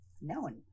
known